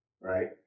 right